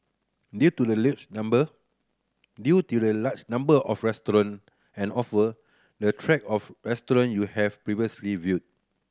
due to the number due to the large number of restaurant and offer the track of restaurant you have previously viewed